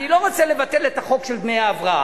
אני לא רוצה לבטל את החוק של דמי ההבראה,